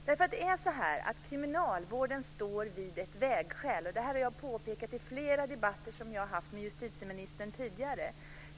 Det är ju så att kriminalvården står vid ett vägskäl. Det har jag påpekat i flera debatter som jag har haft med justitieministern tidigare.